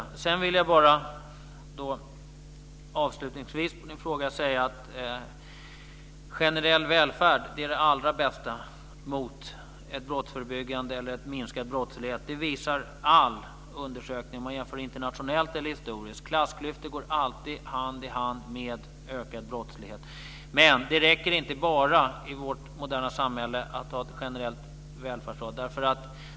Avslutningsvis vill jag bara säga som svar på frågan att generell välfärd är det allra bästa när det gäller brottsförebyggande eller minskad brottslighet. Det visar alla undersökningar om man jämför internationellt eller historiskt. Klassklyftor går alltid hand i hand med ökad brottslighet. Men det räcker inte bara i vårt moderna samhälle att ha en generell välfärdsstat.